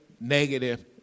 negative